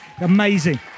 Amazing